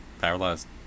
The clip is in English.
Paralyzed